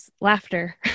laughter